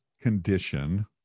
condition